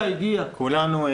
הנה, הגיע מנכ"ל הביטוח הלאומי.